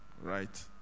Right